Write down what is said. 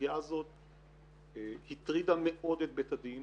הסוגיה הזאת הטרידה מאוד את בית הדין,